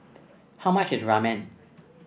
how much is Ramen